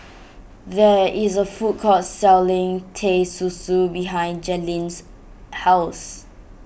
there is a food court selling Teh Susu behind Jalen's house